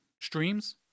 streams